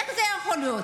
איך זה יכול להיות?